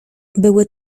były